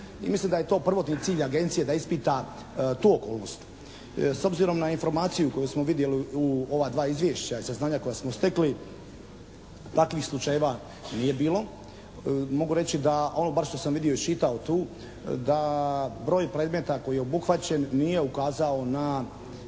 mislim da je to prvotni cilj agencije da ispita tu okolnost. S obzirom na informacije koje smo vidjeli u ova dva izvješća i saznanja koja smo stekli takvih slučajeva nije bilo. Mogu reći da bar ono što sam vidio, iščitao tu da broj predmeta koji je obuhvaćen nije ukazao na